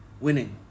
winning